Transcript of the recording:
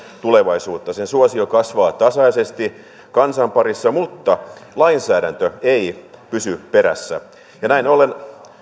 tulevaisuutta sen suosio kasvaa tasaisesti kansan parissa mutta lainsäädäntö ei pysy perässä näin ollen